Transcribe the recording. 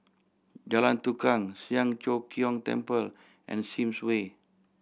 Jalan Tukang Siang Cho Keong Temple and Sims Way